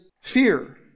fear